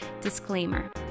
Disclaimer